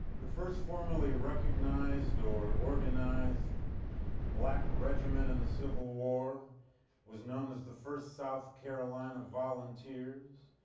the first formally recognized or organized black regiment in the civil war was known as the first south carolina volunteers.